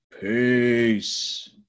Peace